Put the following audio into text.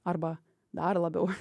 arba dar labiau